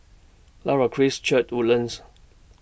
Light of Christ Church Woodlands